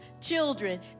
children